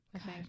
Okay